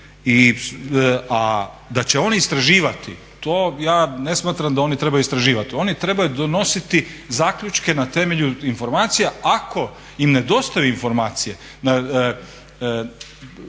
A da će oni istraživati to ja ne smatram da oni trebaju istraživati. Oni trebaju donositi zaključke na temelju informacija. Ako im nedostaju informacije